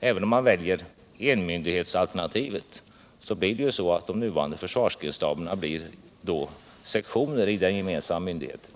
Även om man väljer enmyndighetsalternativet blir de nuvarande försvarsgrensstaberna sektioner inom den gemensamma myndigheten.